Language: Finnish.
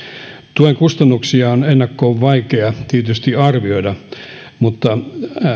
tuen kustannuksia on ennakkoon vaikea tietysti arvioida mutta